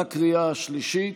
בקריאה השלישית.